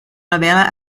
novela